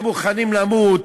הם מוכנים למות,